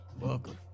Welcome